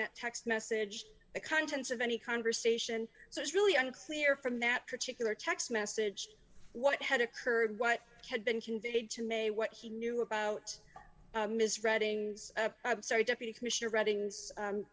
that text message the contents of any conversation so it's really unclear from that particular text message what had occurred what had been conveyed to may what he knew about ms reading i'm sorry deputy commissioner reading